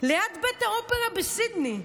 ליד בית האופרה בסידני.